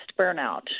burnout